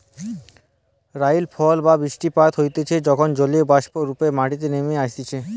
rainfall বা বৃষ্টিপাত হতিছে যখন জলীয়বাষ্প রূপে মাটিতে নেমে আইসে